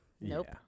Nope